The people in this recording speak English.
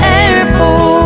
airport